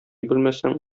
белмәсәң